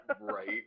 Right